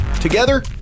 Together